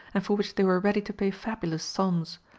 and for which they were ready to pay fabulous sums.